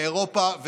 מאירופה,